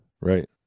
right